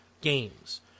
games